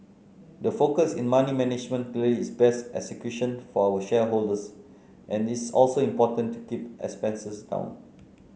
the focus in money management clearly is best execution for our shareholders and it's also important to keep expenses down